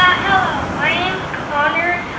ah hello, my name's connor.